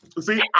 See